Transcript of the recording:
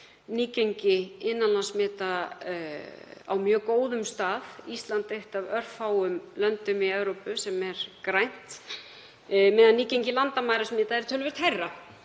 nýgengi innanlandssmita er á mjög góðum stað, Ísland er eitt af örfáum löndum í Evrópu sem er grænt, en nýgengi landamærasmita er töluvert hærra.